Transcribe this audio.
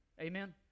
Amen